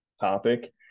topic